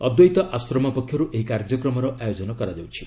ଅଦ୍ୱୈତ ଆଶ୍ରମ ପକ୍ଷରୁ ଏହି କାର୍ଯ୍ୟକ୍ରମର ଆୟୋଜନ କରାଯାଉଛି